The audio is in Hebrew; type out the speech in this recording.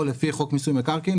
או לפי חוק מיסוי מקרקעין,